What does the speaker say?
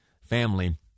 family